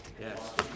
Yes